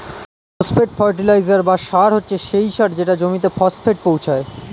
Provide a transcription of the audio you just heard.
phosphate fertiliser বা সার হচ্ছে সেই সার যেটা জমিতে ফসফেট পৌঁছায়